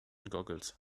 googles